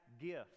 gift